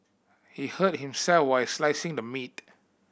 he hurt himself while slicing the meat